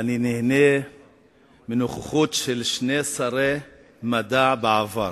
אני נהנה מנוכחות של שני שרי מדע לשעבר.